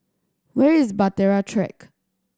where is Bahtera Track